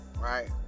right